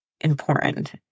important